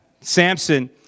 Samson